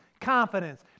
confidence